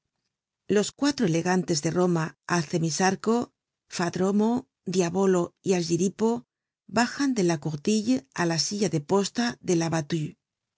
los cuatro elegantes de roma alcesimarco phadromo diabolo y argyripo bajan de la courtille á la silla de posta de